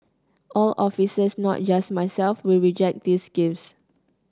all officers not just myself will reject these gifts